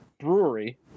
Brewery –